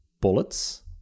bullets